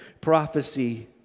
prophecy